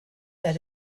that